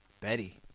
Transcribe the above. Betty